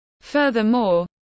Furthermore